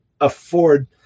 afford